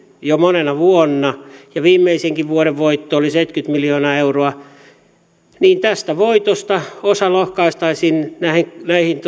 jo monena vuonna ja jolla viimeisimmänkin vuoden voitto oli seitsemänkymmentä miljoonaa euroa voitosta osa lohkaistaisiin näihin